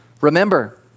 Remember